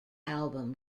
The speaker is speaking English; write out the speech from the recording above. album